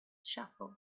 shuffle